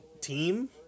team